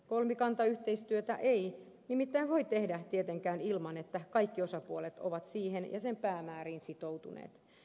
kolmikantayhteistyötä ei nimittäin voi tehdä tietenkään ilman että kaikki osapuolet ovat siihen ja sen päämääriin sitoutuneet